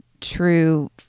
true